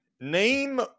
Name